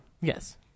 Yes